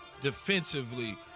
defensively